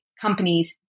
companies